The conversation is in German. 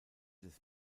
des